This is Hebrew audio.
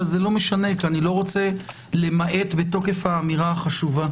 אבל זה לא משנה כי אני לא רוצה למעט בתוקף האמירה החשובה.